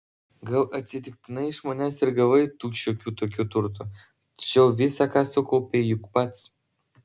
gal atsitiktinai iš manęs ir gavai tu šiokių tokių turtų tačiau visa ką sukaupei juk pats